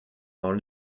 dans